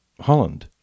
Holland